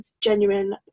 genuine